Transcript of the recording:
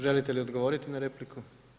Želite li odgovoriti na repliku?